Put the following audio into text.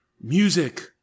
music